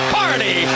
party